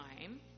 time